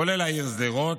כולל העיר שדרות,